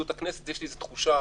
יש לי איזה תחושה